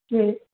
சரி